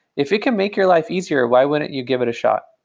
if it can make your life easier, why wouldn't you give it a shot?